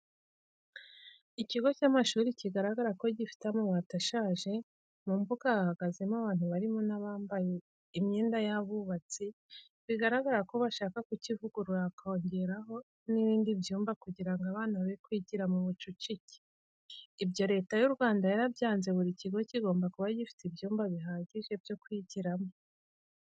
Ikigo cy'amashuri kigaragara ko gifite amabati ashaje, mu mbuga hahagaze abantu barimo n'abambaye imyenda y'abubatsi bigaragara ko bashaka kukivugurura bakongeraho n'ibindi byumba kugira ngo abana be kwigira mu bucucike. Ibyo Leta y'u Rwanda yarabyanze buri kigo kigomba kuba gifite ibyumba bihagije byo kwigiramo.